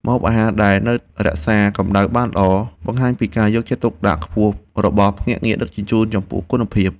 ម្ហូបអាហារដែលនៅរក្សាកម្ដៅបានល្អបង្ហាញពីការយកចិត្តទុកដាក់ខ្ពស់របស់ភ្នាក់ងារដឹកជញ្ជូនចំពោះគុណភាព។